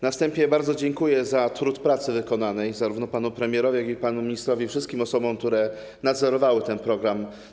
Na wstępie bardzo dziękuję za trud wykonanej pracy zarówno panu premierowi, jak i panu ministrowi, a także wszystkim osobom, które nadzorowały ten program.